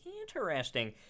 interesting